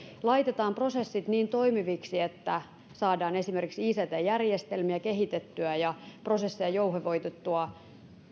laitetaan prosessit niin toimiviksi että saadaan esimerkiksi ict järjestelmiä kehitettyä ja prosesseja jouhevoitettua